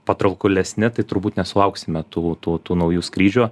patraukulesni tai turbūt nesulauksime tų tų tų naujų skrydžių